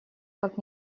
как